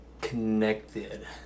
connected